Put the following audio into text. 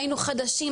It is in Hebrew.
והיינו חדשים,